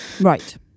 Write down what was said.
right